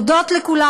תודות לכולם.